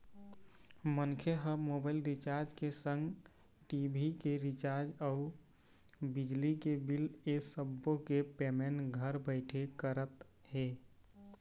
मनखे ह mobile recharge के संग टी.भी के रिचार्ज अउ बिजली के बिल ऐ सब्बो के पेमेंट घर बइठे करत हे